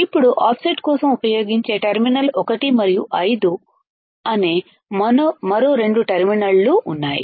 ఇప్పుడు ఆఫ్సెట్ కోసం ఉపయోగించే టెర్మినల్ 1 మరియు 5 అనే మరో రెండు టెర్మినళ్లు ఉన్నాయి